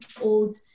old